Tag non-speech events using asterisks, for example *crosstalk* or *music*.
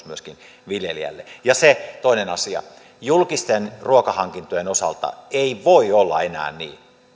*unintelligible* myöskin viljelijälle ja se toinen asia julkisten ruokahankintojen osalta ei voi olla enää niin